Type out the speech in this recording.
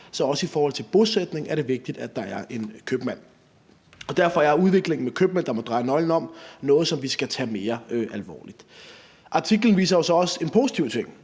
Så også i forhold til bosætning er det vigtigt, at der er en købmand. Derfor er udviklingen med købmænd, der må dreje nøglen om, noget, som vi skal tage mere alvorligt. Artiklen viser jo så også en positiv ting,